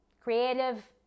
Creative